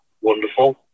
wonderful